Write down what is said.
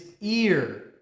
ear